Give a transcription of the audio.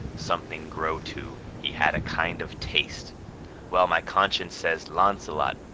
something grow to, he had a kind of taste well, my conscience says launcelot,